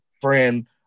friend